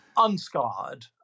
Unscarred